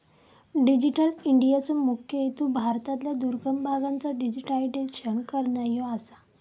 digital इंडियाचो मुख्य हेतू भारतातल्या दुर्गम भागांचा डिजिटायझेशन करना ह्यो आसा